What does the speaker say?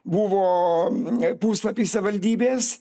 buvo puslapis savivaldybės